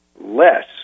less